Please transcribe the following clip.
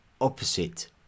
opposite